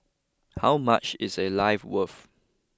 how much is a life worth